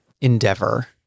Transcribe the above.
endeavor